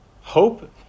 Hope